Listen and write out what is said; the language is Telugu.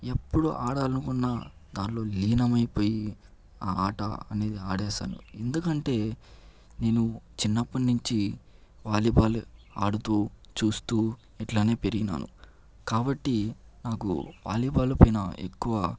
ఎప్పుడు ఆడాలనుకున్న దాంట్లో లీనమైపోయి ఆట అనేది ఆడేస్తాను ఎందుకంటే నేను చిన్నప్పటినుంచి వాలీబాల్ ఆడుతూ చూస్తూ ఇలానే పెరిగినాను కాబట్టి నాకు వాలీబాల్ పైన ఎక్కువ